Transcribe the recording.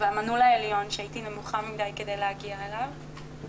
והמנעול העליון שהייתי נמוכה מדי כדי להגיע אליו,